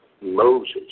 Moses